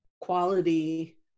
quality